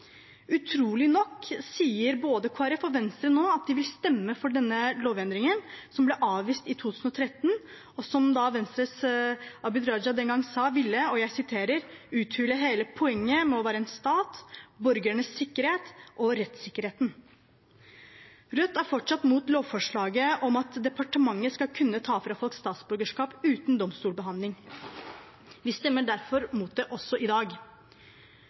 Utrolig nok sier både Kristelig Folkeparti og Venstre nå at de vil stemme for denne lovendringen, som ble avvist i 2018, og som Venstres Abid Q. Raja den gang sa ville «uthule hele poenget med det å være en stat, borgernes sikkerhet og rettssikkerhet». Rødt er fortsatt imot lovforslaget om at departementet skal kunne ta fra folk statsborgerskapet uten domstolsbehandling. Vi stemmer derfor imot det også i dag.